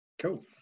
Cool